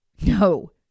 No